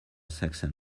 saxon